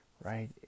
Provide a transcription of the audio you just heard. right